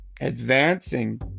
advancing